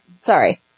Sorry